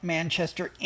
Manchester